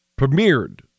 premiered